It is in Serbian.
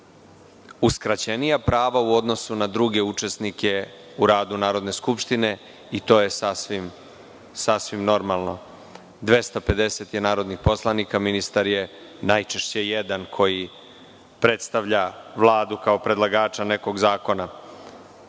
uskraćenija prava u odnosu na druge učesnike u radu Narodne skupštine i to je sasvim normalno. Narodnih poslanika je 250, ministar je najčešće jedan, koji predstavlja Vladu kao predlagača nekog zakona.